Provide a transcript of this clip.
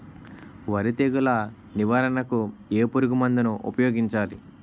వరి తెగుల నివారణకు ఏ పురుగు మందు ను ఊపాయోగించలి?